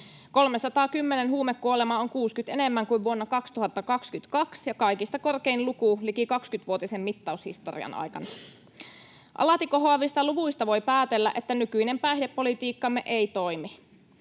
310 huumekuolemaa on 60 enemmän kuin vuonna 2022 ja kaikista korkein luku liki 20-vuotisen mittaushistorian aikana. Alati kohoavista luvuista voi päätellä, että nykyinen päihdepolitiikkamme ei toimi.